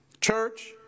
Church